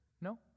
No